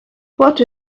what